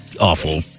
awful